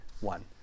one